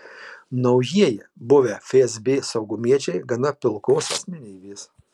naujieji buvę fsb saugumiečiai gana pilkos asmenybės